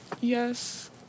Yes